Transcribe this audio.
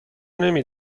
نمی